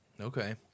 okay